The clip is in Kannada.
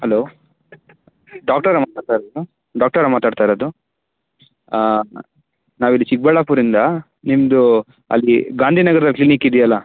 ಹಲೋ ಡಾಕ್ಟರ ಮಾತಾಡ್ತಾಯಿರೋದು ಡಾಕ್ಟರ ಮಾತಾಡ್ತಾಯಿರೋದು ನಾವಿಲ್ಲಿ ಚಿಕ್ಬಳ್ಳಾಪುರ್ದಿಂದ ನಿಮ್ದು ಅಲ್ಲಿ ಗಾಂಧಿ ನಗರದ ಕ್ಲಿನಿಕ್ ಇದೆಯಲ್ಲ